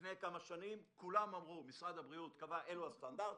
לפני כמה שנים משרד הבריאות קבע את הסטנדרטים